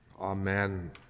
Amen